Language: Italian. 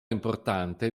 importante